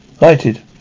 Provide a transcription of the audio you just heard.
lighted